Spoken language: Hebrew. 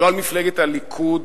לא על מפלגת הליכוד,